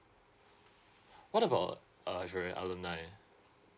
what about uh if you're an alumni